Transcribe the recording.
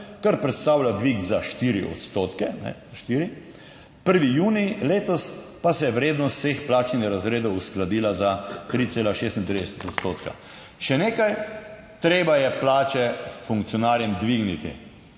kar predstavlja dvig za 4 odstotke, 1. junij letos pa se je vrednost vseh plačnih razredov uskladila za 3,36 odstotka. Še nekaj, treba je plače funkcionarjem dvigniti.